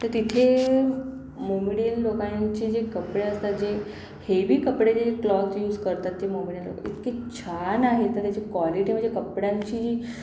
तर तिथे मोमेडियन लोकांचे जे कपडे असतात जे हेवी कपडे जे क्लॉथ यूज करतात ते मोमेडियन लोकं इतके छान आहेत ना त्याची क्वॉलिटी म्हणजे कपड्यांची